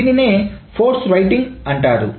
దీనినే force writing అంటారు